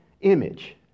image